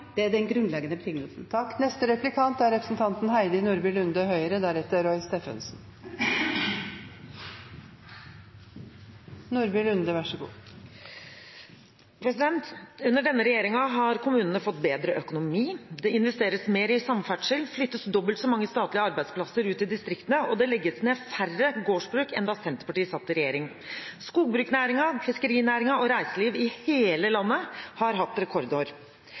er den grunnleggende betingelsen. Under denne regjeringen har kommunene fått bedre økonomi. Det investeres mer i samferdsel, flyttes dobbelt så mange statlige arbeidsplasser ut i distriktene, og det legges ned færre gårdsbruk enn da Senterpartiet satt i regjering. Skogbruksnæringen, fiskerinæringen og reiseliv i hele landet har hatt rekordår.